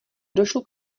došlo